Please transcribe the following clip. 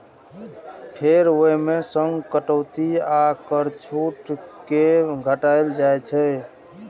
फेर ओइ मे सं कटौती आ कर छूट कें घटाएल जाइ छै